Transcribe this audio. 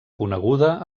coneguda